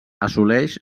assoleix